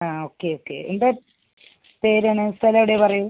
ആ okay okay ൻ്റെ പേരാണ് സ്ഥലം എവിടെയാണ് പറയൂ